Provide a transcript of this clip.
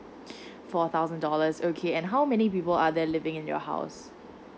four thousand dollars okay and how many people are there living in your house